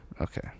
Okay